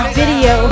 video